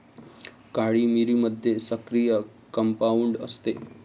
काळी मिरीमध्ये सक्रिय कंपाऊंड असते